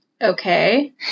Okay